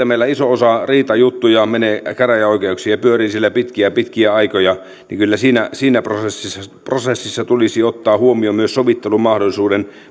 meillä iso osa riitajuttuja menee käräjäoikeuksiin ja pyörii siellä pitkiä pitkiä aikoja niin kyllä siinä siinä prosessissa prosessissa tulisi ottaa huomioon myös sovittelumahdollisuuden